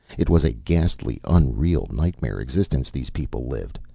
it was a ghastly, unreal nightmare existence these people lived,